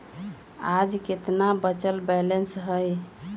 आज केतना बचल बैलेंस हई?